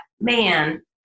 man